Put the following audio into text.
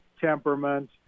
temperament